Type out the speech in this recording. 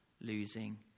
losing